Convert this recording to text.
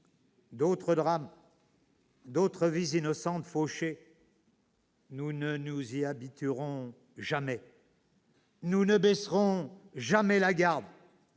d'autres drames, d'autres vies innocentes fauchées. « Nous ne nous y habituerons jamais. Nous ne baisserons pas la garde.